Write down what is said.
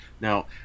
Now